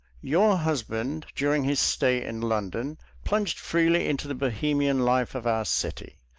your husband during his stay in london plunged freely into the bohemian life of our city.